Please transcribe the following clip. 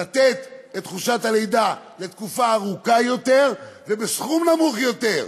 לתת את חופשת הלידה לתקופה ארוכה יותר ובסכום נמוך יותר.